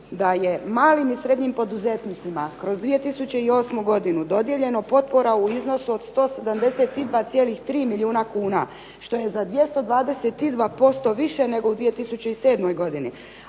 da je malim i srednjim poduzetnicima kroz 2008. godinu dodijeljeno potpora u iznosu od 172,3 milijuna kuna što je za 222% više nego u 2007. godini,